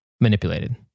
manipulated